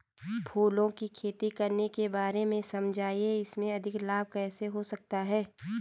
फूलों की खेती करने के बारे में समझाइये इसमें अधिक लाभ कैसे हो सकता है?